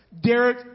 Derek